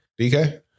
DK